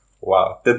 Wow